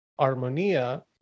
Armonia